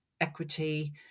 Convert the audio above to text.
equity